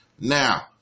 Now